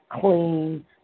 clean